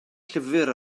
llyfr